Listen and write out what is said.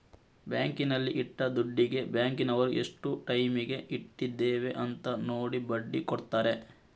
ಬ್ಯಾಂಕಿನಲ್ಲಿ ಇಟ್ಟ ದುಡ್ಡಿಗೆ ಬ್ಯಾಂಕಿನವರು ಎಷ್ಟು ಟೈಮಿಗೆ ಇಟ್ಟಿದ್ದೇವೆ ಅಂತ ನೋಡಿ ಬಡ್ಡಿ ಕೊಡ್ತಾರೆ